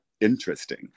interesting